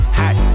hot